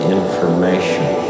information